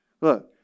Look